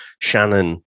Shannon